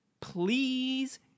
please